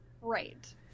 Right